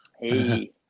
hey